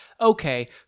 okay